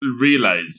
realize